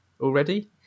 already